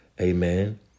Amen